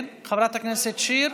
חברת הכנסת שיר,